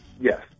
Yes